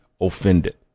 offended